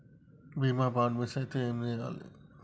బీమా bond miss అయితే ఏం చేయాలి?